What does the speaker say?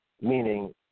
Meaning